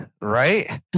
Right